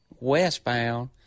westbound